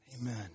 Amen